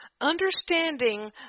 Understanding